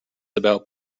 about